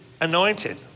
anointed